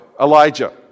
Elijah